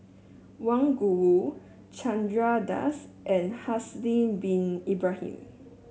Wang Gungwu Chandra Das and Haslir Bin Ibrahim